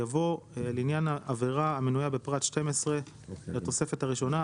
יבוא- "(ג) לעניין עבירה המנויה בפרט 12 לתוספת הראשונה,